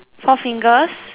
four fingers